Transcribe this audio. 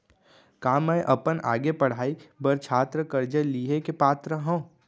का मै अपन आगे के पढ़ाई बर छात्र कर्जा लिहे के पात्र हव?